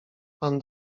pan